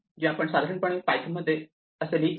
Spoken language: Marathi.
जी आपण साधारणपणे पायथन मध्ये असे लिहितो